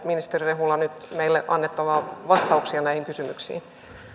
ministeri rehula nyt meille vastauksia näihin kysymyksiin